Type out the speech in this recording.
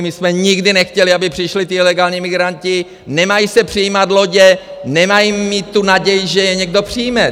My jsme nikdy nechtěli, aby přišli ti ilegální migranti, nemají se přijímat lodě, nemají mít tu naději, že je někdo přijme!